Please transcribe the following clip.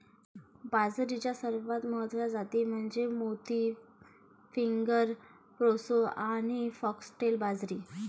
बाजरीच्या सर्वात महत्वाच्या जाती म्हणजे मोती, फिंगर, प्रोसो आणि फॉक्सटेल बाजरी